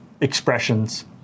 expressions